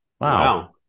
Wow